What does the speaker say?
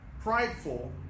prideful